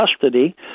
custody